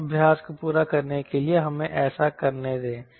इस अभ्यास को पूरा करने के लिए हमें ऐसा करने दें